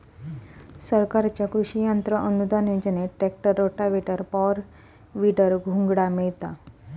सरकारच्या कृषि यंत्र अनुदान योजनेत ट्रॅक्टर, रोटावेटर, पॉवर, वीडर, घोंगडा मिळता